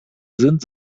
sind